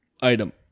item